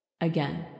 Again